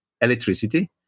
electricity